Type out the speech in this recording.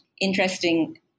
Interesting